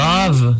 Love